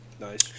Nice